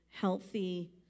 healthy